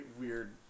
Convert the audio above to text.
weird